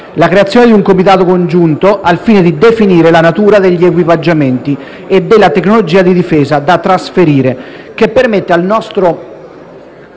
la creazione di un Comitato congiunto al fine di definire la natura degli equipaggiamenti e della tecnologia di difesa da trasferire, che permette al nostro